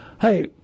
hey